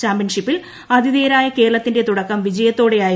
ചാമ്പ്യൻഷിപ്പിൽ ആതിഥേയരായ കേരളത്തിന്റെ തുടക്കം വിജയത്തോടെയായിരുന്നു